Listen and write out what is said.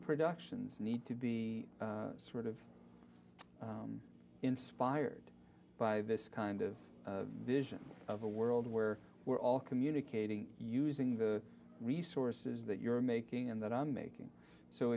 productions need to be sort of inspired by this kind of vision of a world where we're all communicating using the resources that you're making and that i'm making so